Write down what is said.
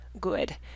good